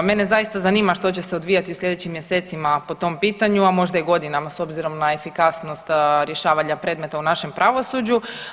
Mene zaista zanima što će se odvijati u slijedećim mjesecima po tom pitanju, a možda i godinama s obzirom na efikasnost rješavanja predmeta u našem pravosuđu.